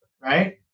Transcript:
right